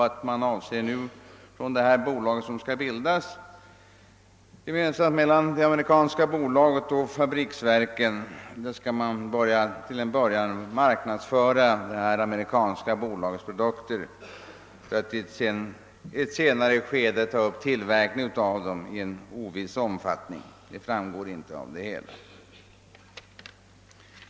Avsikten är att det bolag som skall bildas gemensamt mellan det amerikanska bolaget och förenade fabriksverken till en början skall marknadsföra det amerikanska bolagets produkter för att i ett senare skede ta upp tillverkning av dem i en oviss omfattning — hur stor den blir framgår inte av propositionen.